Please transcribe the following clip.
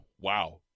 wow